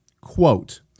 quote